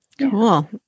Cool